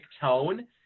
tone